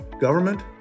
government